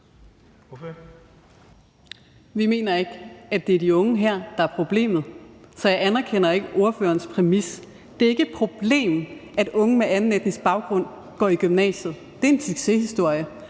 Vi mener ikke, at det er de unge her, der er problemet. Så jeg anerkender ikke ordførerens præmis. Det er ikke et problem, at unge med anden etnisk baggrund går i gymnasiet; det er en succeshistorie,